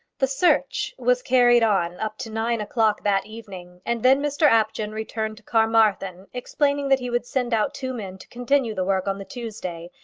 the search was carried on up to nine o'clock that evening, and then mr apjohn returned to carmarthen, explaining that he would send out two men to continue the work on the tuesday,